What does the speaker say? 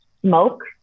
smoke